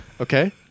Okay